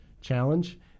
challenge